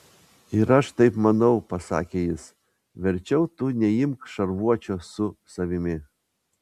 ir aš taip manau pasakė jis verčiau tu neimk šarvuočio su savimi